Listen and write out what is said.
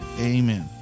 Amen